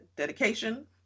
dedication